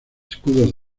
escudos